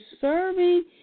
serving